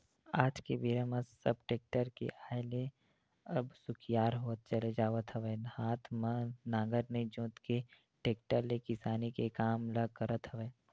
आज के बेरा म सब टेक्टर के आय ले अब सुखियार होवत चले जावत हवय हात म नांगर नइ जोंत के टेक्टर ले किसानी के काम ल करत हवय